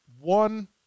one